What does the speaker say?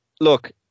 look